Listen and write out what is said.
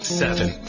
seven